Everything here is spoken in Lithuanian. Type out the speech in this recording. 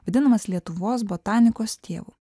vadinamas lietuvos botanikos tėvu